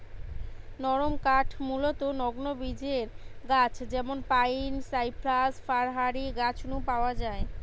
নরমকাঠ মূলতঃ নগ্নবীজের গাছ যেমন পাইন, সাইপ্রাস, ফার হারি গাছ নু পাওয়া যায়